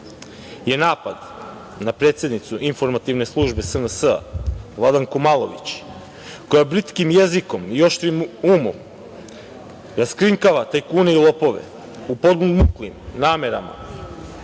je napad na predsednicu informativne službe SNS, Vladanku Malović, koja britkim jezikom i oštrim umom raskrinkava tajkune i lopove u podmuklim namerama